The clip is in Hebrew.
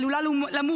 והיא עלולה למות.